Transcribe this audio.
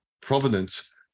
provenance